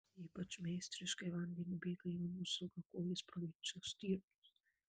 ypač meistriškai vandeniu bėga jaunos ilgakojės provincijos stirnos